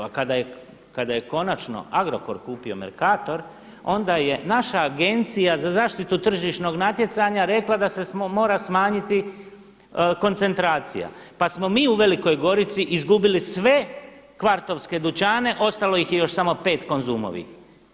A kada je konačno Agrokor kupio Mercator onda je naša Agencija za zaštitu tržišnog natjecanja rekla da se mora smanjiti koncentracija, pa smo mi u Velikoj Gorici izgubili sve kvartovske dućane ostalo ih je još samo pet Konzumovih.